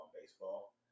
baseball